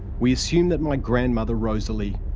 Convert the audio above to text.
we assume that my grandmother, rosalie,